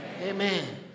Amen